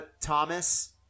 thomas